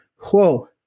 Whoa